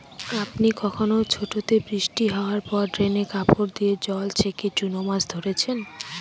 আপনি কখনও ছোটোতে বৃষ্টি হাওয়ার পর ড্রেনে কাপড় দিয়ে জল ছেঁকে চুনো মাছ ধরেছেন?